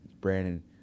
Brandon